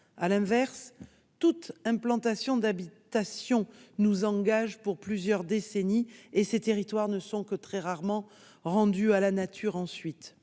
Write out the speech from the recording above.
À l'inverse, toute implantation d'habitation nous engage pour plusieurs décennies et ces territoires ne sont que très rarement rendus à la nature ensuite.